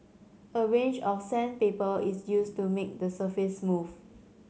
a range of sandpaper is used to make the surface smooth